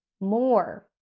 more